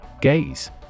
Gaze